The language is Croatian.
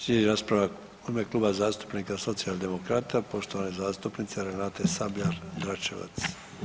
Slijedi rasprava u ime Kluba zastupnika socijaldemokrata poštovane zastupnice Renate Sabljar-Dračevac.